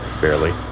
Barely